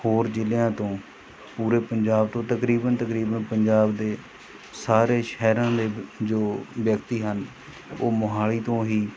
ਹੋਰ ਜ਼ਿਲ੍ਹਿਆਂ ਤੋਂ ਪੂਰੇ ਪੰਜਾਬ ਤੋਂ ਤਕਰੀਬਨ ਤਕਰੀਬਨ ਪੰਜਾਬ ਦੇ ਸਾਰੇ ਸ਼ਹਿਰਾਂ ਦੇ ਜੋ ਵਿਅਕਤੀ ਹਨ ਉਹ ਮੋਹਾਲੀ ਤੋਂ ਹੀ